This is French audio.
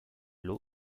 l’eau